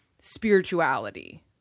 spirituality